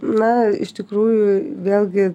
na iš tikrųjų vėlgi